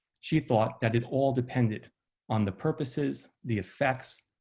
she thought that it all depended on the purposes, the effects,